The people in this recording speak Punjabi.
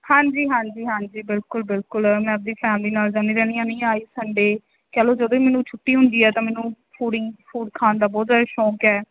ਹਾਂਜੀ ਹਾਂਜੀ ਹਾਂਜੀ ਬਿਲਕੁਲ ਬਿਲਕੁਲ ਮੈਂ ਆਪਣੀ ਫੈਮਿਲੀ ਨਾਲ ਜਾਂਦੀ ਰਹਿੰਦੀ ਨਹੀਂ ਆਏ ਸੰਡੇ ਚਲੋ ਜਦੋਂ ਵੀ ਮੈਨੂੰ ਛੁੱਟੀ ਹੁੰਦੀ ਆ ਤਾਂ ਮੈਨੂੰ ਫੂਡਿੰਗ ਫੂਡ ਖਾਣ ਦਾ ਬਹੁਤ ਜ਼ਿਆਦਾ ਸ਼ੌਂਕ ਹੈ